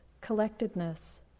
collectedness